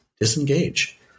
disengage